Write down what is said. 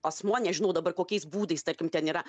asmuo nežinau dabar kokiais būdais tarkim ten yra